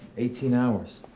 eighteen hours.